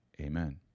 amen